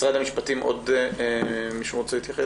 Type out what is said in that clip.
משרד המשפטים, עוד מישהו רוצה להתייחס?